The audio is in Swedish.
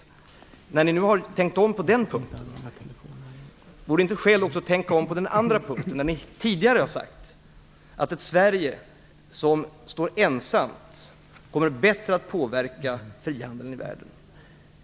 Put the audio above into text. När ni nu har tänkt om på den punkten, vore det då inte skäl att också tänka om på den andra punkten? Ni har tidigare sagt att ett Sverige som står ensamt har bättre möjligheter att påverka frihandeln i världen.